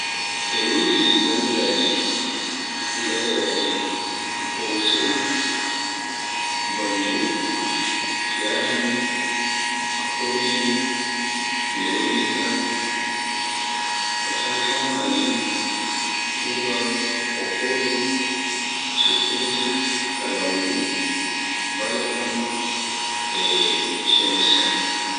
E wodi gangaaji, gareyaaji, kotso, Banjo, piano, accordion, melodica, katantanwaje, tuba, poccolo, shekere, kalanguje, balafon, e shemisen.